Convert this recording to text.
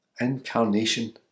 Incarnation